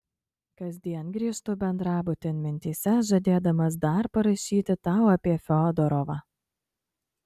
kasdien grįžtu bendrabutin mintyse žadėdamas dar parašyti tau apie fiodorovą